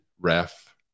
ref